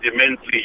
immensely